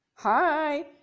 Hi